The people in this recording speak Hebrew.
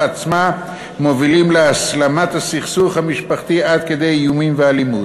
עצמה מובילים להסלמת הסכסוך המשפחתי עד כדי איומים ואלימות.